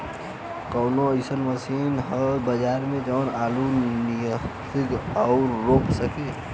कवनो अइसन मशीन ह बजार में जवन आलू नियनही ऊख रोप सके?